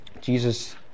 Jesus